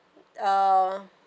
uh